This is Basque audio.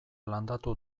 landatu